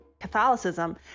Catholicism